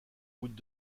goutte